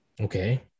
Okay